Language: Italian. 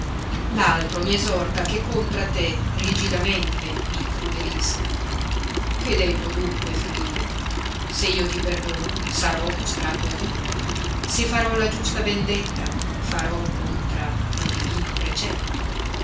l'altro mi essorta che contra te rigidamente m incrudelisca che debbo dunque far io se io ti perdono sarò mostrato a dito se farò la giusta vendetta farò contra lo divino precetto